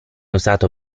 usato